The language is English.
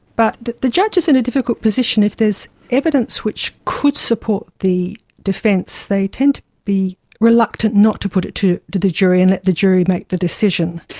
but the the judge is in a difficult position. if there is evidence which could support the defence, they tend to be reluctant not to put it to to the jury and let the jury make the decision.